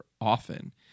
often